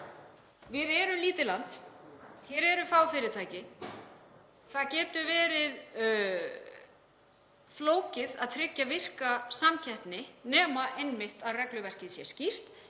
Við erum lítið land og hér eru fá fyrirtæki. Það getur verið flókið að tryggja virka samkeppni nema að regluverkið sé skýrt.